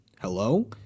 hello